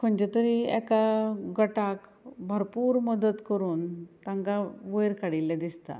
खंयचे तरी एका गटाक भरपूर मदत करून तांकां वयर काडिल्लें दिसता